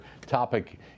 topic